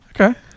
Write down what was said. Okay